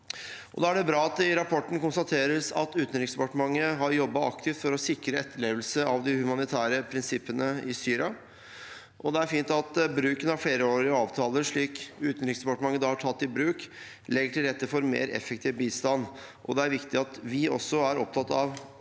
Da er det bra at det i rapporten konstateres at Utenriksdepartementet har jobbet aktivt for å sikre etterlevelse av de humanitære prinsippene i Syria, det er fint at flerårige avtaler, som Utenriksdepartementet har tatt i bruk, legger til rette for mer effektiv bistand, og det er viktig at vi også er opptatt av effektiviteten